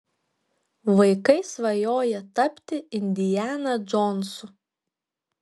vaikai svajoja tapti indiana džonsu